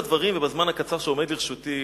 בזמן הקצר שעומד לרשותי,